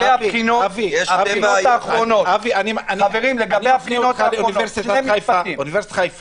לגבי הבחינות האחרונות שני משפטים --- אוניברסיטת חיפה